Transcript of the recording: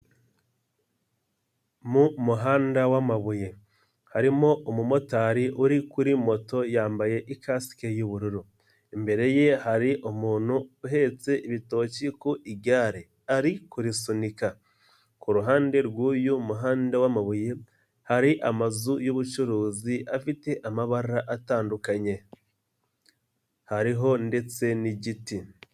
Mu muhanda w'amabuye harimo umumotari uri kuri moto yambaye ikasike y'ubururu, imbere ye hari umuntu uhetse ibitoki ku igare ari kurisunika, ku ruhande rw'uyu muhanda w'amabuye hari amazu y'ubucuruzi afite amabara atandukanye, hariho ndetse n'igiti.